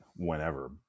whenever